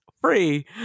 free